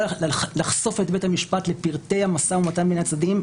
לחשוף את בית המשפט לפרטי המשא-ומתן בין הצדדים,